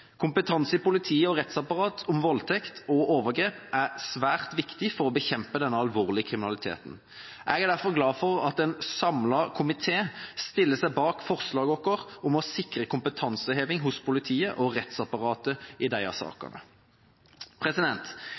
Kompetanse i politiet og rettsapparatet om voldtekt og overgrep er svært viktig for å bekjempe denne alvorlige kriminaliteten. Jeg er derfor glad for at en samlet komité stiller seg bak forslaget vårt om å sikre kompetanseheving i politiet og rettsapparatet i disse sakene.